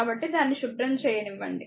కాబట్టి దాన్ని శుభ్రం చేయనివ్వండి